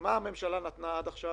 מה הממשלה נתנה עד עכשיו,